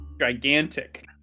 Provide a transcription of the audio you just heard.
Gigantic